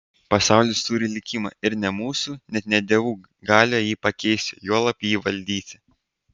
pasaulis turi likimą ir ne mūsų net ne dievų galioje jį pakeisti juolab jį valdyti